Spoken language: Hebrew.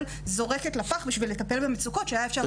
זורקת לפח בשביל לטפל במצוקות שאפשר היה למנוע.